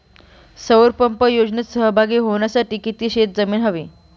सौर पंप योजनेत सहभागी होण्यासाठी किती शेत जमीन हवी?